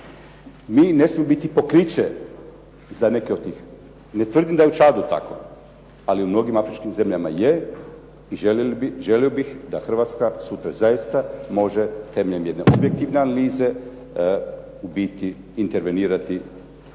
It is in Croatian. Mi ne smijemo biti pokriće za neke od tih. Ne tvrdim da je u Čadu tako, ali u mnogim afričkim zemljama je i želio bih da Hrvatska sutra zaista može temeljem jedne objektivne analize ubiti intervenirati, ali na